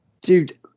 dude